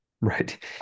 right